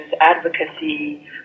advocacy